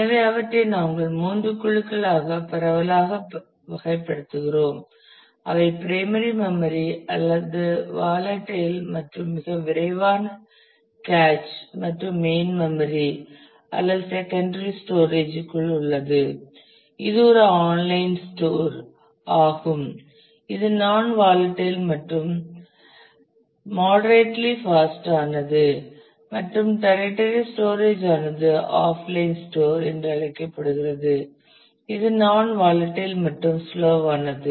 எனவே அவற்றை நாங்கள் மூன்று குழுக்களாக பரவலாக வகைப்படுத்துகிறோம் அவை பிரைமரி மெம்மரி அது வாலடைல் மற்றும் மிக விரைவான கேச் மற்றும் மெயின் மெம்மரி அல்லது செகண்டரி ஸ்டோரேஜ் ற்குள் உள்ளது இது ஒரு ஆன்லைன் ஸ்டோர் ஆகும் இது நாண் வாலடைல் மற்றும் மாடரேட்லி ஃபாஸ்ட் ஆனது மற்றும் டெர்டயரி ஸ்டோரேஜ் ஆனது ஆஃப்லைன் ஸ்டோர் என்று அழைக்கப்படுகிறது இது நாண் வாலடைல் மற்றும் ஸ்லோ வானது